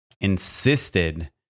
insisted